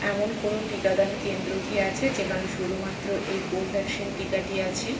এমন কোনও টিকাদান কেন্দ্র কি আছে যেখানে শুধুমাত্র এই কোভ্যাক্সিন টিকাটি আছে